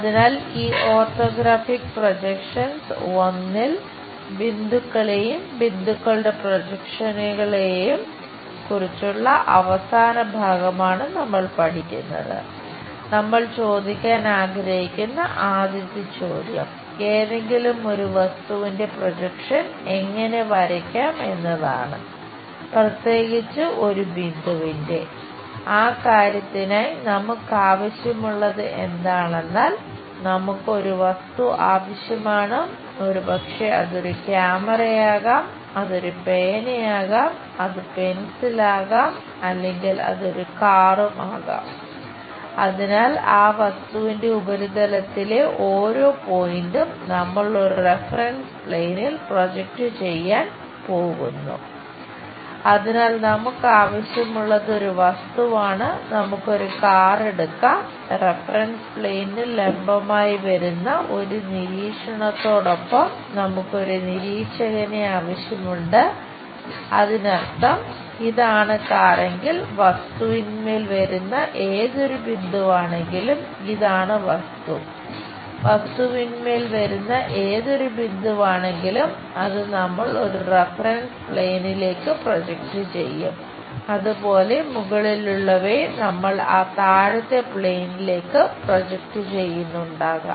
അതിനാൽ ഈ orthographic projections I ൽ ചെയ്യാൻ പോകുന്നു അതിനാൽ നമുക്ക് ആവശ്യമുള്ളത് ഒരു വസ്തുവാണ് നമുക്ക് ഒരു കാർ ചെയ്യുന്നുണ്ടാകാം